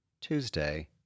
Tuesday